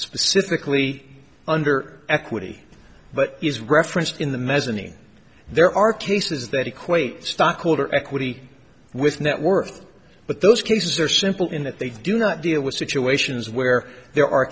specifically under equity but is referenced in the mezzanine there are cases that equate stockholder equity with net worth but those cases are simple in that they do not deal with situations where there are